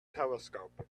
telescope